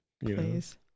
Please